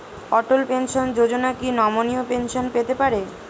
অটল pension Yojana কি নমনীয় pension পেতে পারে?